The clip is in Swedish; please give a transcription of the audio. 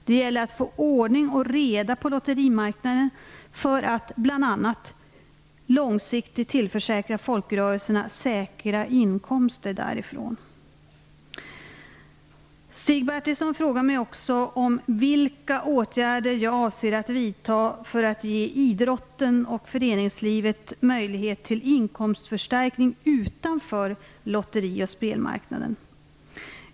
Det gäller att få ordning och reda på lotterimarknaden för att bl.a. långsiktigt tillförsäkra folkrörelserna säkra inkomster därifrån. Stig Bertilsson frågar mig också om vilka åtgärder jag avser att vidta för att ge idrotten och föreningslivet möjlighet till inkomstförstärkning utanför lotteri och spelmarknaden.